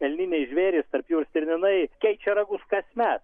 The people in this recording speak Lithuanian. elniniai žvėrys tarp jų ir stirninai keičia ragus kasmet